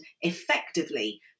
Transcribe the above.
effectively